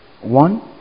One